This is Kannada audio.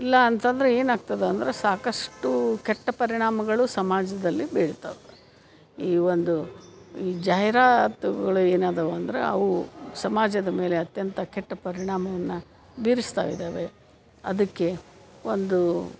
ಇಲ್ಲ ಅಂತ ಅಂದ್ರೆ ಏನಾಗ್ತದೆ ಅಂದರೆ ಸಾಕಷ್ಟು ಕೆಟ್ಟ ಪರಿಣಾಮಗಳು ಸಮಾಜದಲ್ಲಿ ಬೀಳ್ತವೆ ಈ ಒಂದು ಈ ಜಾಹಿರಾತುಗಳು ಏನು ಅದಾವ ಅಂದ್ರೆ ಅವು ಸಮಾಜದ ಮೇಲೆ ಅತ್ಯಂತ ಕೆಟ್ಟ ಪರಿಣಾಮವನ್ನು ಬೀರಿಸ್ತಾ ಇದ್ದಾವೆ ಅದಕ್ಕೆ ಒಂದು